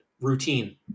routine